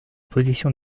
position